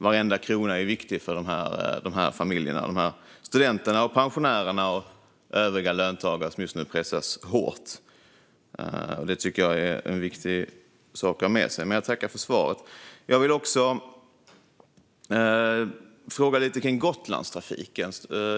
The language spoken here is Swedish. Varenda krona är viktig för dessa familjer, studenter, pensionärer och övriga löntagare som just nu pressas hårt. Detta tycker jag är en viktig sak att ha med sig. Jag vill också fråga lite om Gotlandstrafiken.